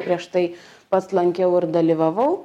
prieš tai pats lankiau ir dalyvavau